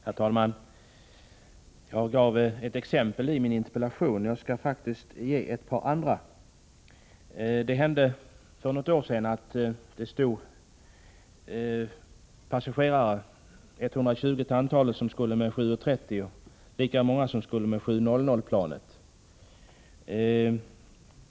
Herr talman! Jag gav ett exempel i min interpellation, och jag skall faktiskt också ge ett par andra. Det hände för något år sedan att 120 passagerare som skulle med 7.30-planet och lika många som skulle med 7.00-planet satt och väntade.